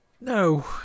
No